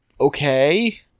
Okay